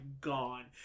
gone